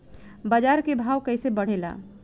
बाजार के भाव कैसे बढ़े ला?